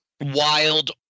Wild